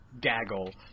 gaggle